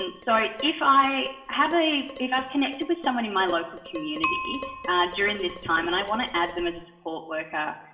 and so if i have a, if i've connected with someone in my local community during this time, and i want to add them as a support worker,